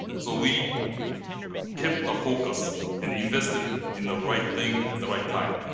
so we kept the focus and invested in the right thing at the right time.